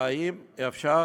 האם אפשר